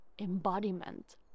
embodiment